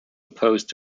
opposed